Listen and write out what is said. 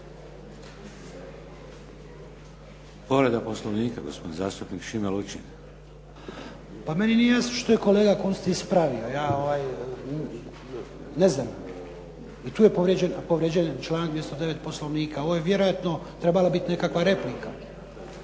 gospodin zastupnik, gospodin zastupnik Šime Lučin. **Lučin, Šime (SDP)** Pa meni nije jasno što je kolega Kunst ispravio, ja ne znam i tu je povrijeđen članak 209. Poslovnika. Ovo je vjerojatno trebala biti nekakva replika.